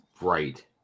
right